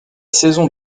saison